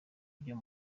ryo